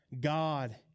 God